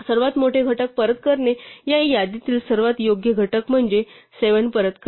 सर्वात मोठे घटक परत करणे या यादीतील सर्वात योग्य घटक म्हणजे 7 परत करते